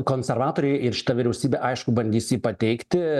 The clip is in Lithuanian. konservatoriai ir šita vyriausybė aišku bandys jį pateikti